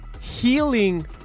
healing